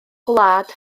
gwlad